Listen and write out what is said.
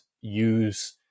use